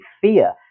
fear